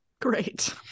Great